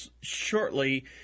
shortly